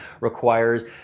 requires